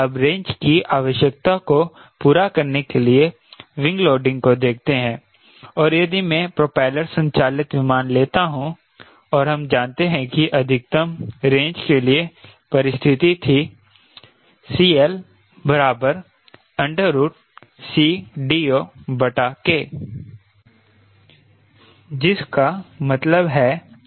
अब रेंज की आवश्यकता को पूरा करने के लिए विंग लोडिंग को देखते हैं और यदि मैं प्रोपेलर संचालित विमान लेता हूं और हम जानते हैं कि अधिकतम रेंज के लिए परिस्थिति थी CL CDOK जिसका मतलब है max